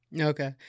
Okay